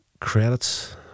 credits